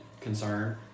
concern